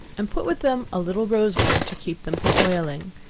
and put with them a little rose water to keep them from oiling,